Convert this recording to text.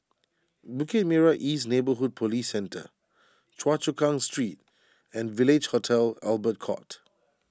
Bukit Merah East Neighbourhood Police Centre Choa Chu Kang Street and Village Hotel Albert Court